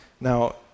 Now